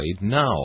now